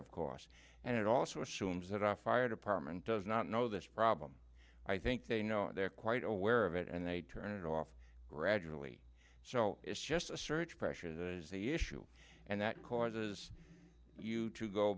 of course and it also assumes that our fire department does not know this problem i think they know they're quite aware of it and they turn it off gradually so it's just a surge pressure that is the issue and that causes you to go